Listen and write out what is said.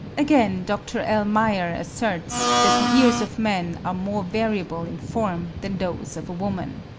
again, dr. l. meyer asserts that the ears of man are more variable in form than those of a woman.